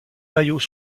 maillots